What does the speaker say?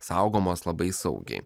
saugomos labai saugiai